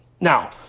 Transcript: Now